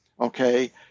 Okay